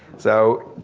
so,